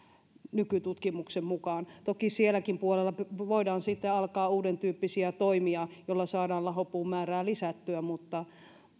nykytutkimuksen mukaan toki sielläkin puolella voidaan sitten alkaa uudentyyppisiä toimia joilla saadaan lahopuun määrää lisättyä mutta